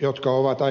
jotka ovat aika suuria tutkimuksiinsa